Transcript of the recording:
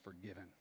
forgiven